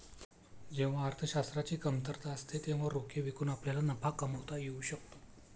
जेव्हा अर्थशास्त्राची कमतरता असते तेव्हा रोखे विकून आपल्याला नफा कमावता येऊ शकतो